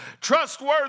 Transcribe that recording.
Trustworthy